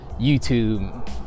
YouTube